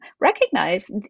Recognize